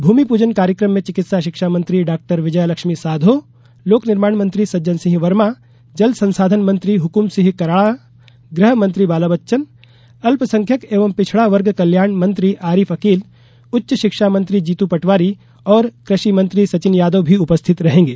भूमि पूजन कार्यक्रम में चिकित्सा शिक्षा मंत्री ड़ॉ विजयलक्ष्मी साधौ लोक निर्माण मंत्री सज्जन सिंह वर्मा जल संसाधन मंत्री हुकुम सिंह कराड़ा गृह मंत्री बाला बच्चन अल्पसंख्यक एवं पिछड़ा वर्ग कल्याण मंत्री आरिफ अकील उच्च शिक्षा मंत्री जीतू पटवारी और कृषि मंत्री सचिन यादव भी उपस्थित रहेंगे